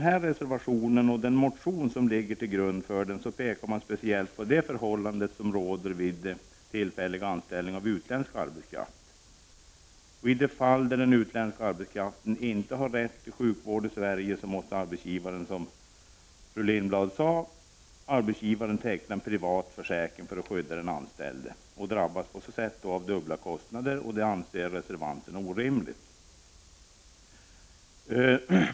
I reservationen och den motion som ligger till grund för den pekar man speciellt på det förhållande som råder vid tillfällig anställning av utländsk arbetskraft. I de fall där den utländske arbetskraften inte har rätt till sjukvård i Sverige måste arbetsgivaren, som Gullan Lindblad sade, teckna en privat försäkring för att skydda den anställde. Arbetsgivaren drabbas på så sätt av dubbla kostnader. Det anser reservanterna vara orimligt.